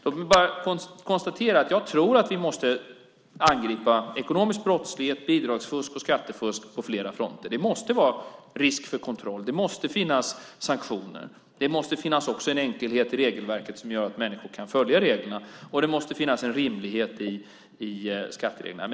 Låt mig bara konstatera att jag tror att vi måste angripa ekonomisk brottslighet, bidragsfusk och skattefusk på flera fronter. Det måste vara risk för kontroll. Det måste finnas sanktioner. Det måste också finnas en enkelhet i regelverket som gör att människor kan följa reglerna. Det måste finnas en rimlighet i skattereglerna.